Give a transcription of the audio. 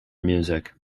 music